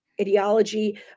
ideology